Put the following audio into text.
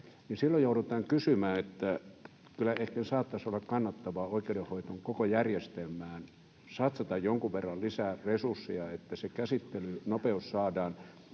Silloin joudutaan kysymään, että kyllä ehkä saattaisi olla kannattavaa oikeudenhoidon koko järjestelmään satsata jonkun verran lisää resursseja, että se käsittelynopeus saadaan,